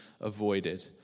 avoided